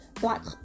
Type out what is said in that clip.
Black